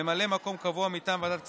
ממלא מקום קבוע מטעם ועדת הכספים,